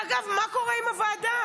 ואגב, מה קורה עם הוועדה?